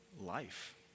life